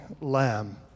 lamb